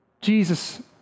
Jesus